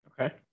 Okay